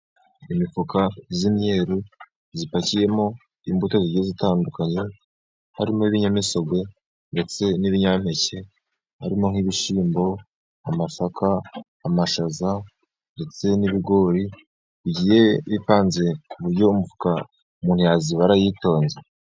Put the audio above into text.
Imifuka y'imyeru ipakiyemo imbuto igiye itandukanye harimo n'ibinyamisogwe ndetse n'ibinyampeke, harimo nk'ibishyimbo, amasaka, amashaza ndetse n'ibigori bigiye bipanze mu buryo imifuka umuntu yayibara yitonze.